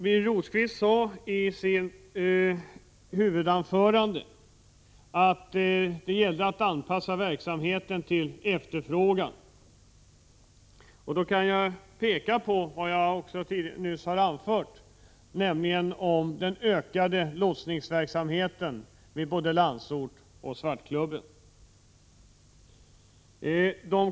Birger Rosqvist sade i sitt huvudanförande att det gällde att anpassa verksamheten till efterfrågan. Jag kan då peka på det som jag nyss har anfört om den ökade lotsverksamheten vid både Landsort och Svartklubben.